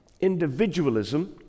individualism